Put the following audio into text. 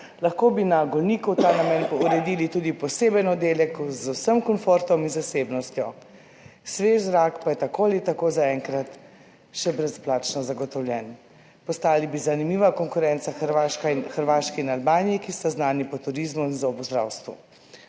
Lahko bi na Golniku v ta namen uredili tudi poseben oddelek z vsem komfortom in zasebnostjo. Svež zrak pa je tako ali tako zaenkrat še brezplačno zagotovljen. Postali bi zanimiva konkurenca Hrvaški in Albaniji, ki sta znani po turizmu v zobozdravstvu.«